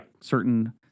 certain